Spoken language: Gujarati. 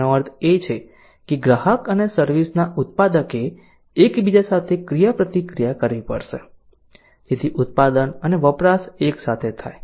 આનો અર્થ એ છે કે ગ્રાહક અને સર્વિસ ના ઉત્પાદકે એકબીજા સાથે ક્રિયાપ્રતિક્રિયા કરવી પડશે જેથી ઉત્પાદન અને વપરાશ એક સાથે થાય